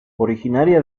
originaria